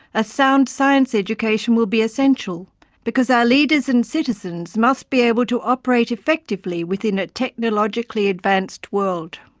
a sound science education will be essential because our leaders and citizens must be able to operate effectively within a technologically advanced world.